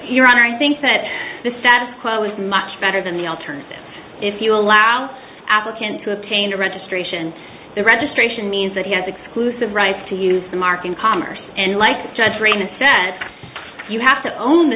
your honor i think that the status quo is much better than the alternative if you allow the applicant to obtain a registration the registration means that he has exclusive rights to use the mark in commerce and like judge rayna said you have to own the